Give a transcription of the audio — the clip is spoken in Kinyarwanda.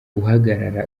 uhagarara